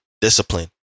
discipline